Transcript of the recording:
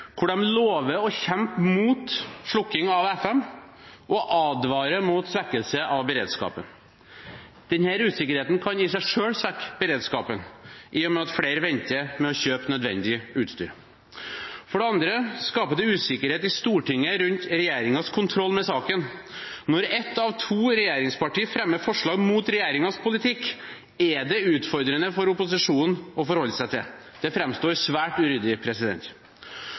de lover å kjempe mot slukking av FM og advarer mot svekkelse av beredskapen. Denne usikkerheten kan i seg selv svekke beredskapen, i og med at flere venter med å kjøpe nødvendig utstyr. For det andre skaper det usikkerhet i Stortinget rundt regjeringens kontroll med saken. Når ett av to regjeringspartier fremmer forslag mot regjeringens politikk, er det utfordrende for opposisjonen å forholde seg til. Det framstår som svært